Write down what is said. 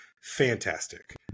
Fantastic